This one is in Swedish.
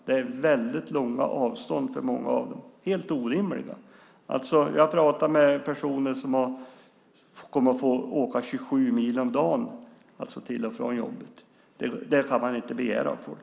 Det är väldigt långa avstånd för många av dem. De är helt orimliga. Jag har pratat med personer som kommer att få åka 27 mil om dagen till och från jobbet. Det kan man inte begära av folk.